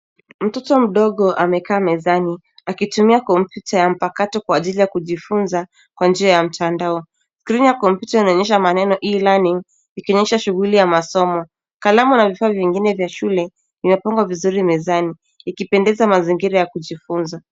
Mtoto mdogo amekaa mezani, akitumia kompyuta ya mpakato kwa ajili ya kujifunza kwa njia ya mtandao. Skrini ya kompyuta inaonyesha maneno e- learning ikionyesha shughuli ya masomo. Kalamu na vifaa vingine vya shule, vimepangwa vizuri mezani ikipendeza mazingira ya kujifunza.